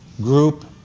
group